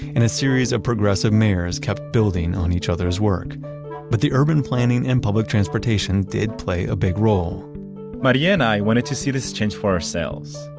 and a series of progressive mayors kept building on each other's work but the urban planning and public transportation did play a big role maria and i wanted to see this change for ourselves,